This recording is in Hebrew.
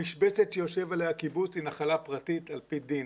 המשבצת עליה יושב הקיבוץ היא נחלה פרטית על פי דין.